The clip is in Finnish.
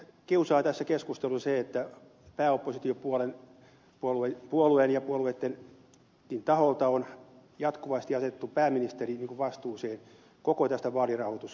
minua kiusaa tässä keskustelussa se että pääoppositiopuolueen ja muiden oppositiopuolueittenkin taholta on jatkuvasti asetettu pääministeri vastuuseen koko tästä vaalirahoitussopasta